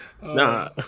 Nah